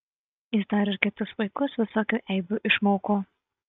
jis dar ir kitus vaikus visokių eibių išmoko